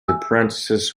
apprentices